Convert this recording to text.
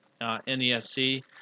NESC